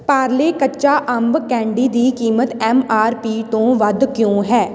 ਪਾਰਲੇ ਕੱਚਾ ਅੰਬ ਕੈਂਡੀ ਦੀ ਕੀਮਤ ਐੱਮ ਆਰ ਪੀ ਤੋਂ ਵੱਧ ਕਿਉਂ ਹੈ